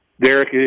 Derek